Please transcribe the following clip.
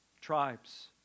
tribes